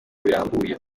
birambuye